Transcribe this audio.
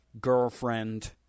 girlfriend